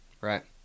Right